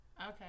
Okay